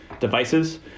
Devices